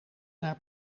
naar